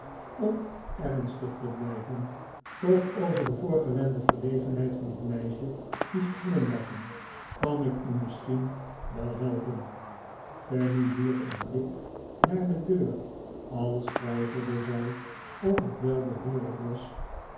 om ernstig te blijven toch over de voorgewende verlegenheid van het meisje moest glimteed ere confidenties lachen kan ik u misschien wel helpen fanny wierp een blik naar de deur als twijfelde zij of het wel behoorlijk was